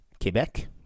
Quebec